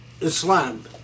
Islam